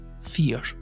fear